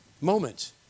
moments